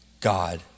God